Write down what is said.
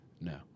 No